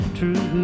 true